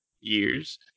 years